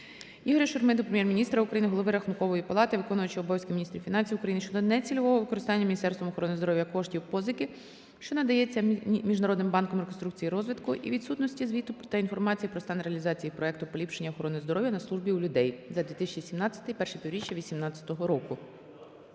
Ігоря Шурми до Прем'єр-міністра України, голови Рахункової палати, виконувача обов'язків міністра фінансів України щодо нецільового використання Міністерством охорони здоров'я коштів позики, що надається Міжнародним банком реконструкції та розвитку і відсутності звіту та інформації про стан реалізації проекту "Поліпшення охорони здоров'я на службі у людей" за 2017 – І півріччя 2018 року.